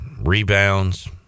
rebounds